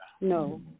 No